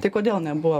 tai kodėl nebuvo